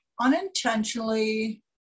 unintentionally